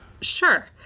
Sure